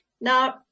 Now